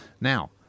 now